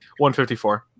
154